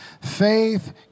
Faith